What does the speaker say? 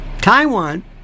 Taiwan